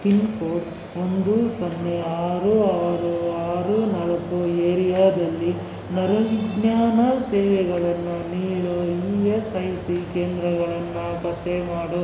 pin code ಒಂದು ಸೊನ್ನೆ ಆರು ಆರು ಆರು ನಾಲ್ಕು ಏರಿಯಾದಲ್ಲಿ ನರವಿಜ್ಞಾನ ಸೇವೆಗಳನ್ನು ನೀಡೋ ಇ ಎಸ್ ಐ ಸಿ ಕೇಂದ್ರಗಳನ್ನು ಪತ್ತೆ ಮಾಡು